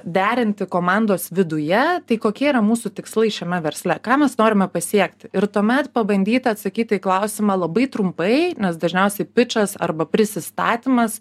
derinti komandos viduje tai kokie yra mūsų tikslai šiame versle ką mes norime pasiekti ir tuomet pabandyti atsakyti į klausimą labai trumpai nes dažniausiai pičas arba prisistatymas